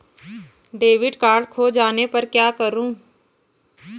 Debit card खो जाने पर क्या करूँ?